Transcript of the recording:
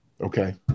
Okay